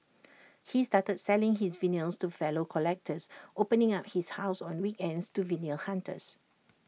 he started selling his vinyls to fellow collectors opening up his house on weekends to vinyl hunters